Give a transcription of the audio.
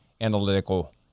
analytical